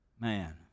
Man